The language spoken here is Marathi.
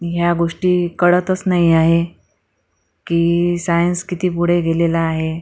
ह्या गोष्टी कळतच नाही आहे की सायन्स किती पुढे गेलेलं आहे